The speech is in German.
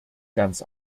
ganz